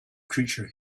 creature